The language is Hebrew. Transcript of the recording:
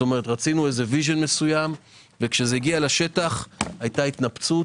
כלומר רצינו ויז'ן מסוים וכשזה הגיע לשטח הייתה התנפצות